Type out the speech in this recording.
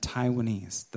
Taiwanese